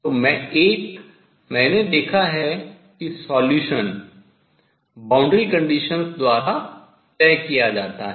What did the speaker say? तो एक मैंने देखा है कि solution हल boundary conditions सीमा प्रतिबंधों शर्तें द्वारा तय किया जाता है